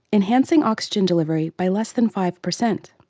enhancing oxygen delivery by less than five per cent.